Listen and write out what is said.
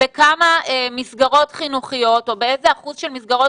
בכמה מסגרות חינוכיות או באיזה אחוז של מסגרות